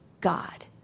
God